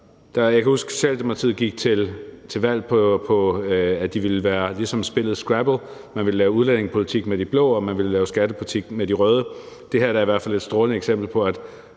Jeg kan huske, at Socialdemokratiet gik til valg på, at de ville være ligesom spillet Scrabble: man ville lave udlændingepolitik med de blå, og man ville lave skattepolitik med de røde. Men det her er da i hvert fald et strålende eksempel på,